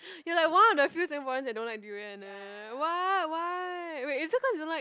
you're like one of the few Singaporeans that don't like durian and ah why why wait is it because you don't like